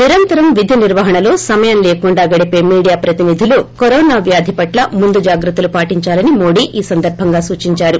నిరంతరం విధి నిర్వహణలో సమయం లేకుండా గడిపే మీడియా ప్రతినిధులు కరోనా వ్యాధిపట్ల ముందు జాగ్రత్తలు పాటించాలని మోదీ ఈ సందర్భంగా సూచించారు